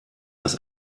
das